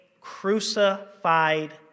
crucified